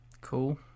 Cool